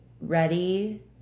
ready